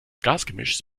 gasgemischs